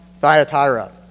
thyatira